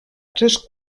tres